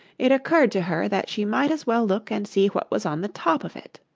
it occurred to her that she might as well look and see what was on the top of it.